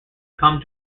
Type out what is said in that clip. come